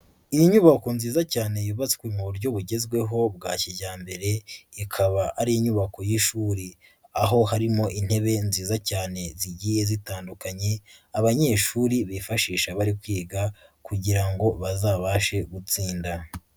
Iyi nyubako nziza cyane yubatswe mu buryo bugezweho bwa kijyambere, ikaba ari inyubako y'ishuri. Aho harimo intebe nziza cyane zigiye zitandukanye, abanyeshuri bifashisha bari kwiga kugira ngo bazabashe gutsinda.